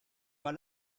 pas